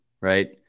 right